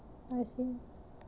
I see